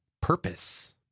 purpose